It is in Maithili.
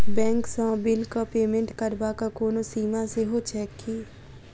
बैंक सँ बिलक पेमेन्ट करबाक कोनो सीमा सेहो छैक की?